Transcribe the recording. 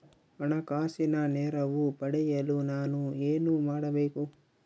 ಹಣಕಾಸಿನ ನೆರವು ಪಡೆಯಲು ನಾನು ಏನು ಮಾಡಬೇಕು?